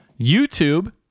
YouTube